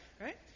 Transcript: right